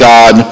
God